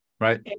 Right